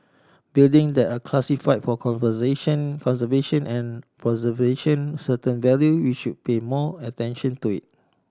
building that are classify for conversation conservation and preservation certain value we should pay more attention to it